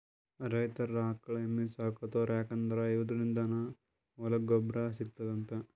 ರೈತರ್ ಆಕಳ್ ಎಮ್ಮಿ ಸಾಕೋತಾರ್ ಯಾಕಂದ್ರ ಇವದ್ರಿನ್ದ ಹೊಲಕ್ಕ್ ಗೊಬ್ಬರ್ ಸಿಗ್ತದಂತ್